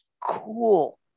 cool